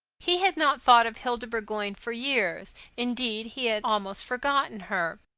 he had not thought of hilda burgoyne for years indeed, he had almost forgotten her.